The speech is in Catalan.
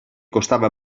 costava